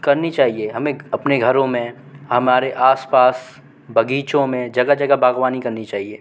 करनी चाहिए हमें अपने घरों में हमारे आस पास बग़ीचों में जगह जगह बाग़बानी करनी चाहिए